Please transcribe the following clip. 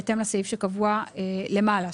בהתאם לסעיף שקבוע למעלה.